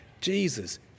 Jesus